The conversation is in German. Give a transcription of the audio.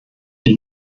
die